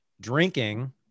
drinking